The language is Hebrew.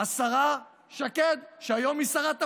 השרה שקד, שהיום היא שרת הפנים.